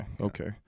okay